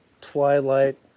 Twilight